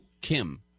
kim